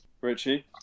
richie